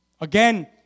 Again